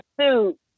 suit